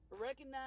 recognize